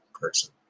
person